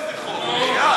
תנו לו איזה חוק, בחייאת.